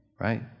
right